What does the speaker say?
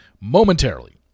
momentarily